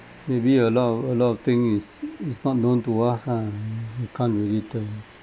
maybe a lot of a lot of thing is is not known to us ah you can't really turn